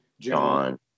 John